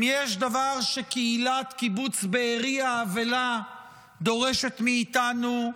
אם יש דבר שקהילת קיבוץ בארי האבלה דורשת מאיתנו,